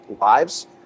lives